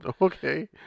Okay